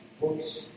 books